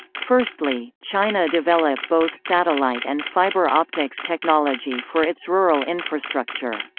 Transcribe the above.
firstly, china develop both satellite and fiber optics technology for its rural infrastructure.